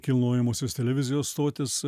kilnojamosios televizijos stotis